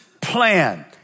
plan